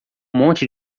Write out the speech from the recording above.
monte